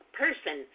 person